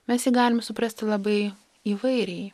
mes jį galim suprasti labai įvairiai